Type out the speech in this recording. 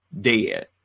dead